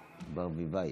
טוב.